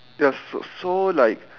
ya so so like